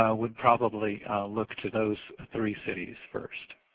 ah would probably look to those three cities first.